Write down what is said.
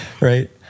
Right